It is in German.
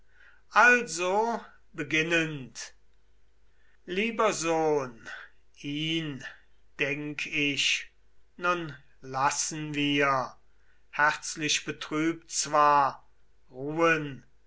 er verachtet lieber sohn ihn denk ich nun lassen wir herzlich betrübt zwar ruhen